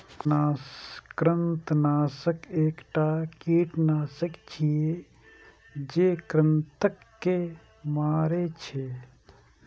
कृंतकनाशक एकटा कीटनाशक छियै, जे कृंतक के मारै छै